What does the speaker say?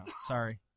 Sorry